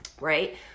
right